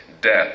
death